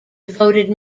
devoted